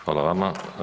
Hvala vama.